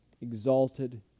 exalted